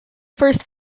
first